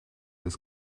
des